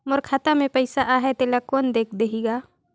मोर खाता मे पइसा आहाय तेला कोन देख देही गा?